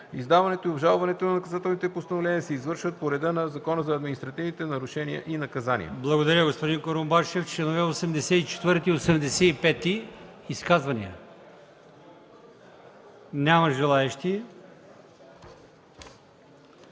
издаването и обжалването на наказателните постановления се извършват по реда на Закона за административните нарушения и наказания.”